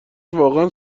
واقعا